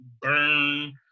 burn